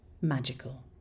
magical